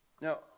Now